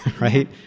right